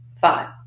five